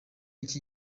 iki